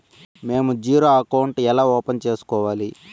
మేము zero account ఎలా open సేసుకోవాలి